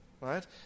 Right